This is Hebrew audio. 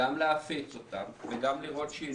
--- גם להפיץ אותה וגם לראות שהיא